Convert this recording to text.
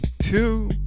two